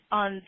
on